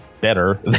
better